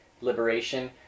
liberation